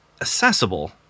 accessible